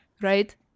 right